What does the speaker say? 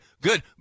good